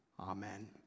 Amen